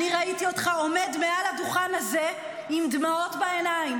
אני ראיתי אותך עומד מעל הדוכן הזה עם דמעות בעיניים